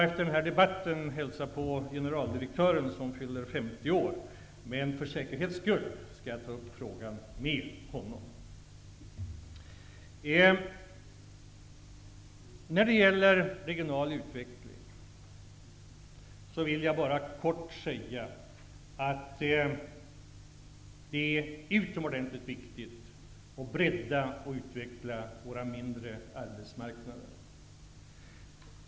Efter den här debatten skall jag hälsa på generaldirektören som fyller 50 år. För säkerhets skull skall jag ta upp frågan med honom. När det gäller regional utveckling vill jag bara kortfattat säga att det är utomordentligt viktigt att vi breddar och utvecklar våra mindre arbetsmarknader.